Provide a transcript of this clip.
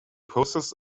process